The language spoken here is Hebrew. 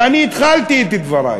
ואני התחלתי את דברי,